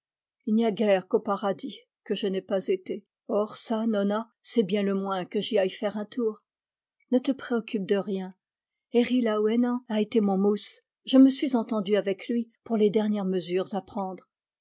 il n'y a guère qu'au paradis que je n'aie pas été or çà nona c'est bien le moins que j'y aille faire un tour ne te préoccupe de rien herri laouénan a été mon mousse je me suis entendu avec lui pour les dernières mesures à prendre